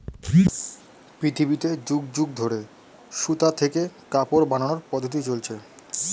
পৃথিবীতে যুগ যুগ ধরে সুতা থেকে কাপড় বানানোর পদ্ধতি চলছে